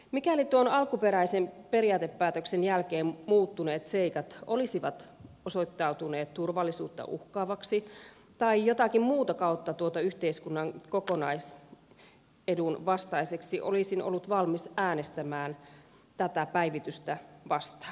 mikäli tuon alkuperäisen periaatepäätöksen jälkeen muuttuneet seikat olisivat osoittautuneet turvallisuutta uhkaaviksi tai jotakin muuta kautta yhteiskunnan kokonaisedun vastaisiksi olisin ollut valmis äänestämään tätä päivitystä vastaan